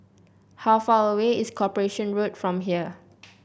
how far away is Corporation Road from here